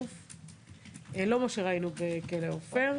לא מה שראינו בכלא עופר.